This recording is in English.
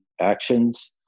actions